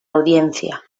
audiencia